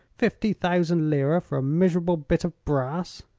fifty thousand lira, for a miserable bit of brass!